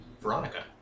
Veronica